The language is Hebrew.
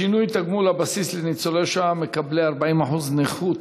5825 ו-5829: שינוי תגמול הבסיס לניצולי שואה בעלי 40% נכות.